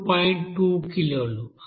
2 కిలోలు